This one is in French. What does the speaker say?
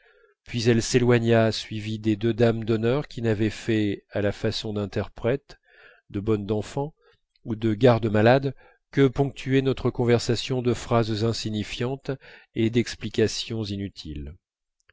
puis elle s'éloigna suivie des deux dames d'honneur qui n'avaient fait à la façon d'interprètes de bonnes d'enfants ou de gardes-malades que ponctuer notre conversation de phrases insignifiantes et d'explications inutiles